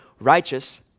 righteous